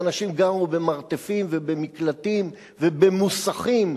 ואנשים גרו במרתפים ובמקלטים ובמוסכים,